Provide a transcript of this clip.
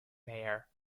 mayor